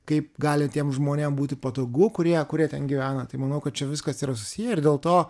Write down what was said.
kaip gali tiems žmonėm būti patogu kurie kurie ten gyvena tai manau kad čia viskas yra susiję ir dėl to